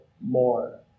more